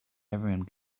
everyone